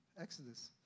Exodus